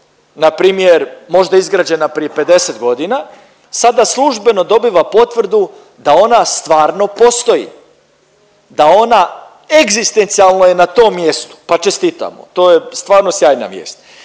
npr. možda izgrađena prije 50 godina sada službeno dobiva potvrdu da ona stvarno postoji, da ona egzistencijalno je na tom mjestu. Pa čestitamo, to je stvarno sjajna vijest.